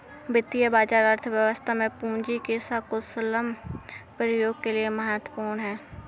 वित्तीय बाजार अर्थव्यवस्था में पूंजी के कुशलतम प्रयोग के लिए महत्वपूर्ण है